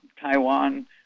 Taiwan